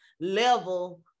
level